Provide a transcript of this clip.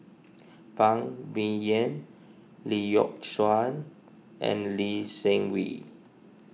Phan Ming Yen Lee Yock Suan and Lee Seng Wee